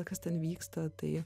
kas ten vyksta tai